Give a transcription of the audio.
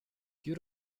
you